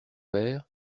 père